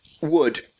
wood